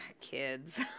kids